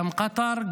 גם קטר,